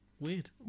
weird